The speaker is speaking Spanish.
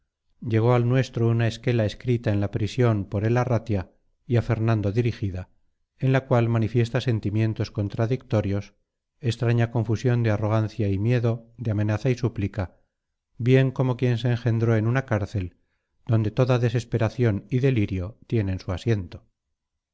llegó al nuestro una esquela escrita en la prisión por el arratia y a fernando dirigida en la cual manifiesta sentimientos contradictorios extraña confusión de arrogancia y miedo de amenaza y súplica bien como quien se engendró en una cárcel donde toda desesperación y delirio tienen su asiento